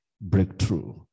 breakthrough